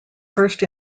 first